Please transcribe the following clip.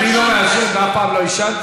אני לא מעשן ואף פעם לא עישנתי,